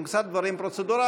עם קצת דברים פרוצדורליים,